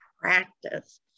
practice